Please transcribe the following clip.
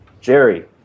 Jerry